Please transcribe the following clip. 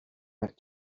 went